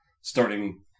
Starting